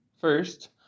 First